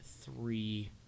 three